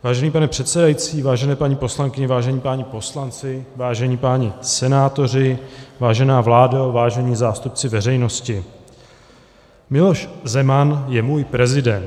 Vážený pane předsedající, vážené paní poslankyně, vážení páni poslanci, vážení páni senátoři, vážená vládo, vážení zástupci veřejnosti, Miloš Zeman je můj prezident.